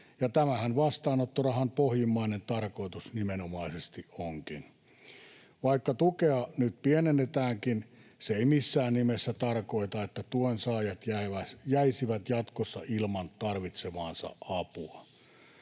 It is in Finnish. tämähän vastaanottorahan pohjimmainen tarkoitus nimenomaisesti onkin. Vaikka tukea nyt pienennetäänkin, se ei missään nimessä tarkoita, että tuen saajat jäisivät jatkossa ilman tarvitsemaansa apua.